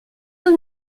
nous